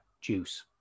juice